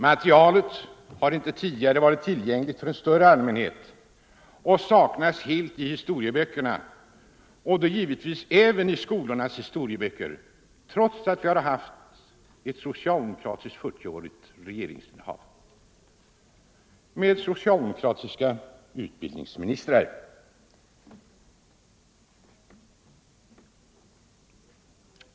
Materialet har inte tidigare varit tillgängligt för en större allmänhet, och det saknas helt i historieböckerna — givetvis även i skolornas historieböcker, trots att vi haft ett 40-årigt socialdemokratiskt regeringsinnehav med socialdemokratiska utbildningsministrar.